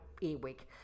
earwig